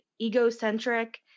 egocentric